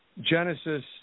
Genesis